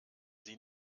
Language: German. sie